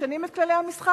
משנים את כללי המשחק.